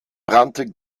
brannte